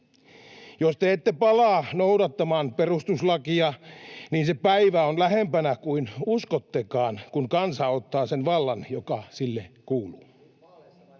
Jos te ette palaa noudattamaan perustuslakia, niin se päivä on lähempänä kuin uskottekaan, kun kansa ottaa sen vallan, joka sille kuuluu.